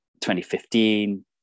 2015